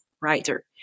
writer